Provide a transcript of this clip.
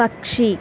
പക്ഷി